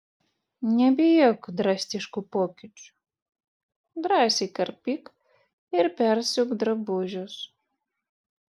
nebijok drastiškų pokyčių drąsiai karpyk ir persiūk drabužius